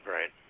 Right